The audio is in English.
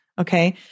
Okay